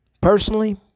personally